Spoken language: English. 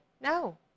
No